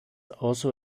also